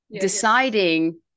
deciding